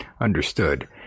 Understood